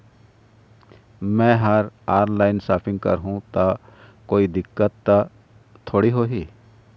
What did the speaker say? मैं हर online shopping करू ता कोई दिक्कत त थोड़ी होही?